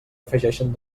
afegeixen